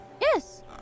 Yes